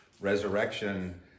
resurrection